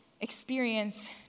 experience